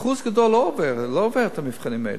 אחוז גדול לא עובר את המבחנים האלה.